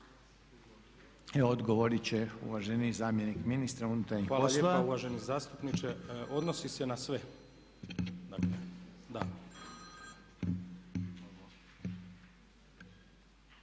odgovorit će uvaženi zamjenik ministra unutarnjih poslova. **Blažević, Davor** Hvala lijepa uvaženi zastupniče. Odnosi se na sve,